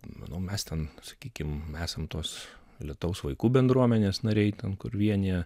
manau mes ten sakykim esam tos lietaus vaikų bendruomenės nariai ten kur vienija